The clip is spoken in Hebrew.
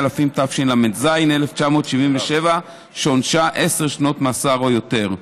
התשל"ז 1977, שעונשה עשר שנות מאסר או יותר.